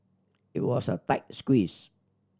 it was a tight squeeze